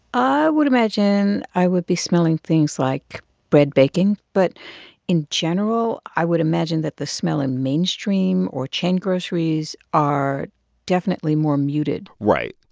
i would imagine i would be smelling things like bread baking. but in general, i would imagine that the smell in mainstream or chain groceries are definitely more muted right.